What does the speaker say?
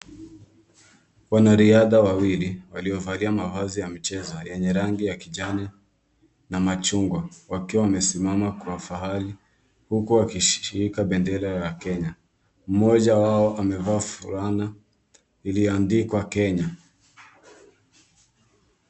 Wanariadha wawili waliovalia mavazi ya mchezo yenye rangi ya kijani na machungwa wakiwa wamesimama kwa fahari, huku wakishika bendera ya Kenya, mmoja wao amevaa fulana iliyoandikwa Kenya.